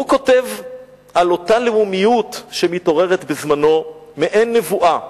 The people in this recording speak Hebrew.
הוא כותב על אותה לאומיות שמתעוררת בזמנו מעין נבואה.